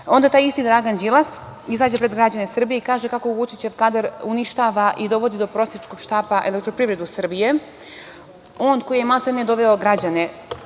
itd. Onda taj isti Dragan Đilas izađe pred građane Srbije i kaže kako Vučićev kadar uništava i dovodi do prosjačkog štapa „Elektroprivredu Srbije“, on koji je maltene doveo građane